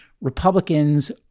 Republicans